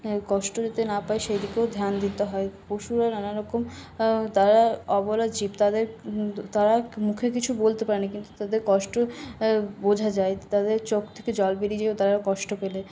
কষ্ট যাতে না পায় সেদিকেও ধ্যান দিতে হয় পশুরা নানারকম তারা অবলা জীব তাদের তারা মুখে কিছু বলতে পারে না কিন্তু তাদের কষ্ট বোঝা যায় তাদের চোখ থেকে জল বেরিয়ে যায়ও তারা কষ্ট পেলে